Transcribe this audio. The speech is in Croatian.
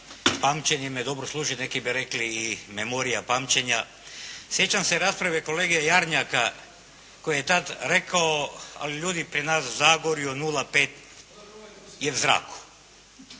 pamćenje me dobro služi, neki bi rekli i memorija pamćenja, sjećam se rasprave kolege Jarnjaka koji je tada rekao ali ljudi pri nas Zagorju 0,5 je u zraku.